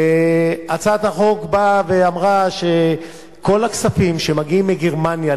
הצעת החוק אמרה שכל הכספים שמגיעים מגרמניה